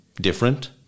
different